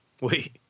wait